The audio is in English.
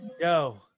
Yo